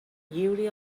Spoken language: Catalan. lliuri